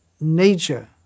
nature